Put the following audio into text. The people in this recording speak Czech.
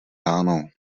ráno